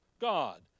God